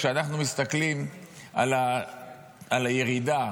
כשאנחנו מסתכלים על הירידה,